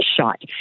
shot